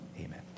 amen